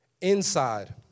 inside